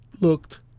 looked